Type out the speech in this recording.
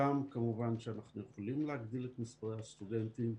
שם כמובן שאנחנו יכולים להגדיל את מספרי הסטודנטים.